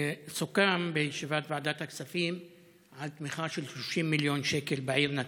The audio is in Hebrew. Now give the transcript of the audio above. סוכם בישיבת ועדת הכספים על תמיכה של 30 מיליון שקל בעיר נצרת,